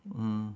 mm